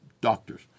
doctors